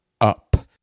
up